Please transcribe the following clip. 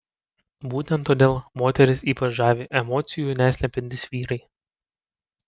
būtent todėl moteris ypač žavi emocijų neslepiantys vyrai